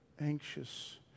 anxious